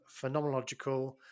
phenomenological